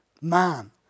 man